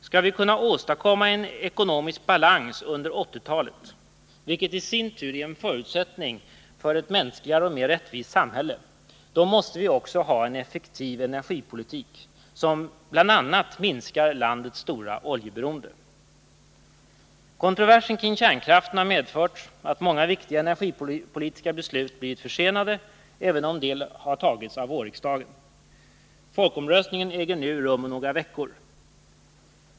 Skall vi kunna åstadkomma en ekonomisk balans under 1980-talet, vilket i sin tur är en förutsättning för ett mänskligare och mer rättvist samhälle, måste vi också ha en effektiv energipolitik som bl.a. minskar landets stora oljeberoende. Kontroversen kring kärnkraften har medfört att många viktiga energipolitiska beslut blivit försenade, även om en del fattades av riksdagen våren 1979. Folkomröstningen äger rum om några veckor.